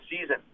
season